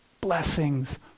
blessings